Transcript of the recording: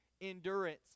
endurance